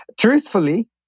truthfully